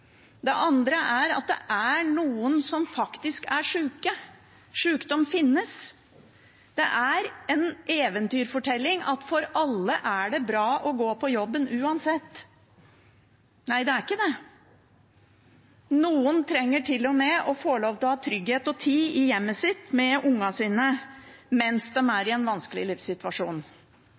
det. Det andre er at det er noen som faktisk er sjuke. Sjukdom finnes. Det er en eventyrfortelling at for alle er det bra å gå på jobben uansett. Nei, det er ikke det. Noen trenger til og med å få lov til å ha trygghet og tid i hjemmet sitt, med ungene sine, mens de er i en vanskelig livssituasjon.